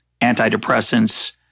antidepressants